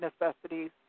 necessities